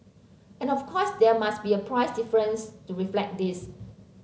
and of course there must be a price difference to reflect this